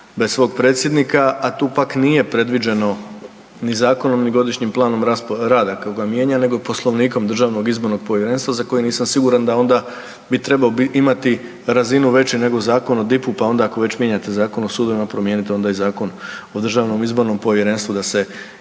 bez svog predsjednika, a tu pak nije predviđeno ni zakonom ni godišnjim planom rada kojega mijenja, nego Poslovnikom Državnog izbornog povjerenstva za koji nisam siguran da onda bi trebao imati razinu veću nego Zakon o DIP-u. Pa onda ako već mijenjate Zakon o sudovima promijenite onda i Zakon o Državnom izbornom povjerenstvu, da se i ta